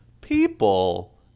people